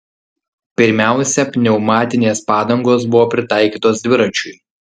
pirmiausia pneumatinės padangos buvo pritaikytos dviračiui